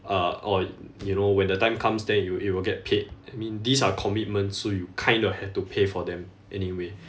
uh or you know when the time comes then it wi~ it will get paid I mean these are commitments so you kind of have to pay for them anyway